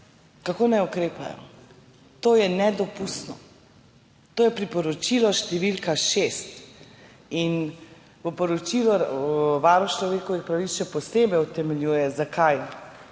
kako se naj ukrepa? To je nedopustno. To je priporočilo številka šest in v poročilu Varuh človekovih pravic še posebej utemeljuje, zakaj